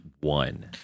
one